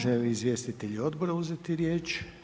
Žele li izvjestitelji odbora uzeti riječ?